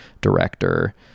director